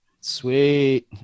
Sweet